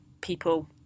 people